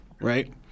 right